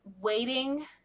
waiting